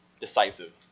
decisive